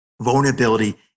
vulnerability